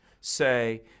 say